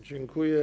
Dziękuję.